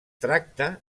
tracta